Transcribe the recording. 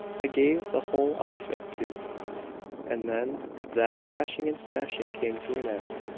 i gave the whole outfit to and then that crashing and smashing came to an end.